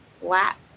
flat